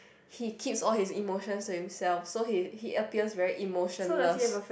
he keeps all his emotions to himself so he he appears very emotionless